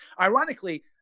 Ironically